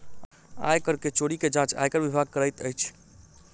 आय कर के चोरी के जांच आयकर विभाग करैत अछि